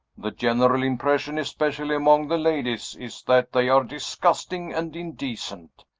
the general impression, especially among the ladies, is that they are disgusting and indecent.